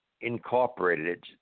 incorporated